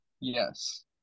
Yes